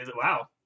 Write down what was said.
wow